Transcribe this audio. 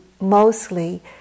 mostly